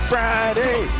Friday